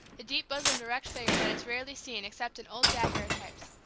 the deep-bosomed erect figure that is rarely seen except in old daguerreotypes,